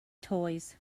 toys